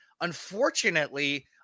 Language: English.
unfortunately